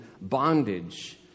bondage